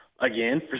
Again